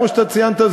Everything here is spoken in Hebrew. כמו שאתה ציינת,